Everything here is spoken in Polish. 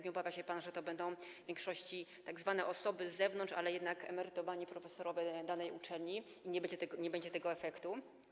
Nie obawia się pan, że to będą w większości tzw. osoby z zewnątrz, ale jednak emerytowani profesorowie danej uczelni, i nie będzie tego efektu?